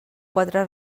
quatre